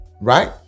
right